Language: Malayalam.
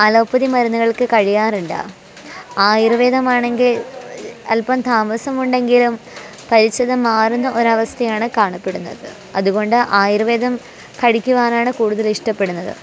അലോപ്പതി മരുന്നുകൾക്ക് കഴിയാറില്ല ആയുർവേദമാണെങ്കിൽ അല്പം താമസമുണ്ടെങ്കിലും കഴിച്ചത് മാറുന്ന ഒരു അവസ്ഥയാണ് കാണപ്പെടുന്നത് അതുകൊണ്ട് ആയുർവേദം കഴിക്കുവാനാണ് കൂടുതൽ ഇഷ്ടപ്പെടുന്നത്